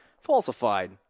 falsified